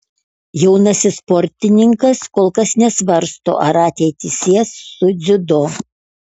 jaunasis sportininkas kol kas nesvarsto ar ateitį sies su dziudo